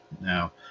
Now